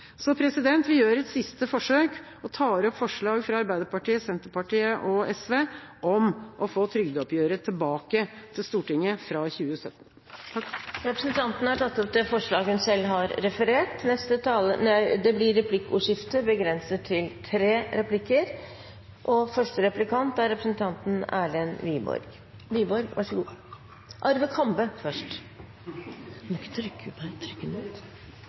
Vi gjør et siste forsøk og tar opp forslaget fra Arbeiderpartiet, Senterpartiet og SV om å få trygdeoppgjøret tilbake til Stortinget fra 2017. Representanten Lise Christoffersen har tatt opp forslaget hun refererte til. Det blir replikkordskifte. Jeg tror nok Stortinget kan si at uavhengig av hva slags modell man velger for et trygdeoppgjør, enten bakover eller framover i tid, er